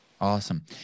awesome